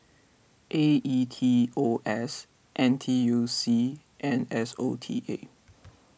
A E T O S N T U C and S O T A